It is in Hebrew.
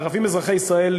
"הערבים אזרחי ישראל",